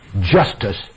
justice